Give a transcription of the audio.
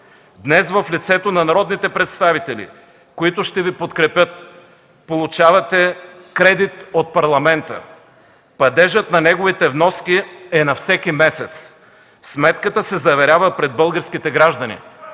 Днес в лицето на народните представители, които ще Ви подкрепят, получавате кредит от Парламента. Падежът на неговите вноски е на всеки месец. Сметката се заверява пред българските граждани.